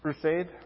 crusade